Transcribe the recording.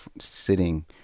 sitting